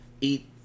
eat